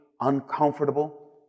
uncomfortable